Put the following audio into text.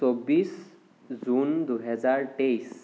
চৌবিছ জুন দুহেজাৰ তেইছ